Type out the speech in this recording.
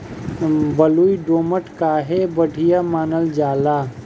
बलुई दोमट काहे बढ़िया मानल जाला?